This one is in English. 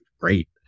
great